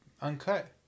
uncut